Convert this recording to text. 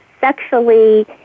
sexually